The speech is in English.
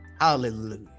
Hallelujah